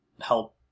help